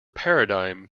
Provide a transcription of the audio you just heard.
paradigm